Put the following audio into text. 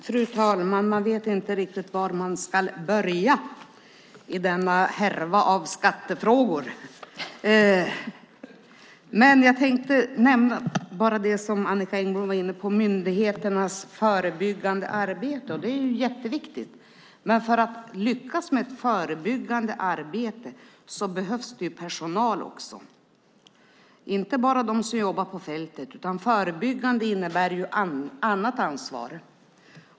Fru talman! Man vet inte riktigt var man ska börja i denna härva av skattefrågor. Jag tänkte tala om det som Annicka Engblom var inne på, nämligen myndigheternas förebyggande arbete. Det är jätteviktigt. För att lyckas med ett förebyggande arbete behövs det också personal. Det handlar inte bara om dem som jobbar på fältet. Att arbetet är förebyggande innebär också annat ansvar.